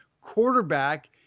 quarterback